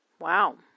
Wow